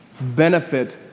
benefit